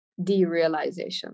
derealization